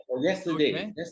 yesterday